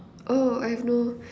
oh I've no